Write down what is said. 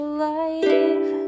life